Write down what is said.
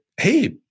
hey